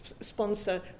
sponsor